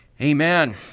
Amen